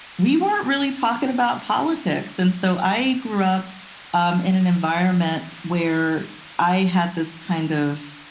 we weren't really talking about politics, and so i grew up um in an environment where i had this kind of,